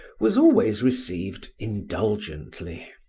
was always received indulgently.